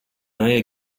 neue